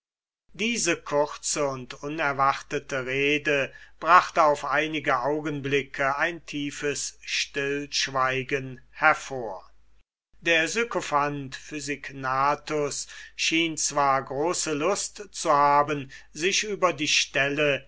diese kurze und unerwartete rede brachte auf einige augenblicke ein tiefes stillschweigen hervor der sykophant physignathus schien zwar große lust zu haben sich über die stelle